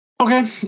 Okay